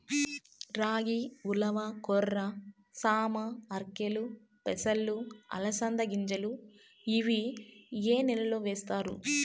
రాగి, ఉలవ, కొర్ర, సామ, ఆర్కెలు, పెసలు, అలసంద గింజలు ఇవి ఏ నెలలో వేస్తారు?